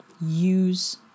use